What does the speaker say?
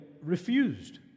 refused